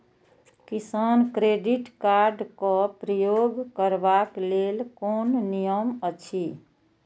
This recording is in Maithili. किसान क्रेडिट कार्ड क प्रयोग करबाक लेल कोन नियम अछि?